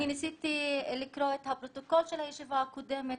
אני ניסיתי לקרוא את הפרוטוקול של הישיבה הקודמת